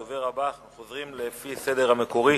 הדובר הבא, אנחנו חוזרים לפי הסדר המקורי,